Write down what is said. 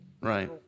Right